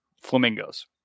Flamingos